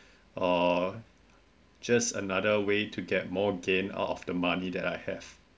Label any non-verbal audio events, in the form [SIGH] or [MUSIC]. [BREATH] err just another way to get more gain out of the money that I have